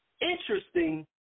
interesting